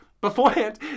Beforehand